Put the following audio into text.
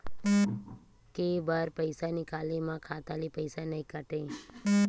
के बार पईसा निकले मा खाता ले पईसा नई काटे?